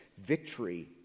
victory